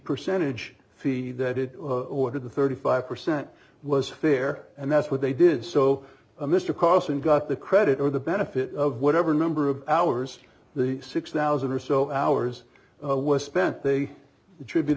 percentage fee that it ordered the thirty five percent was fair and that's what they did so mr carson got the credit or the benefit of whatever number of hours the six thousand or so hours away spent they tribute